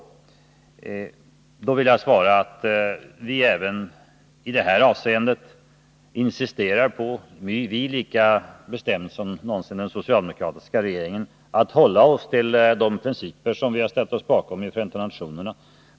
Jag vill då svara att vi även i detta avseende insisterar på — och vi är lika bestämda som någonsin den socialdemokratiska regeringen var — att hålla oss till de principer som vi har ställt oss bakom i Förenta nationerna.